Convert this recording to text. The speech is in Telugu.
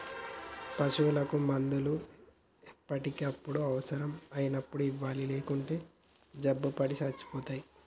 పశువులకు మందులు ఎప్పటికప్పుడు అవసరం అయినప్పుడు ఇవ్వాలి లేకుంటే జబ్బుపడి సచ్చిపోతాయి